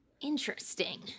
Interesting